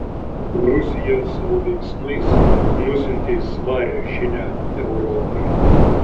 rusija savo veiksmais nusiuntė svarią žinią europai